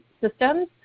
systems